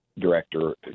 director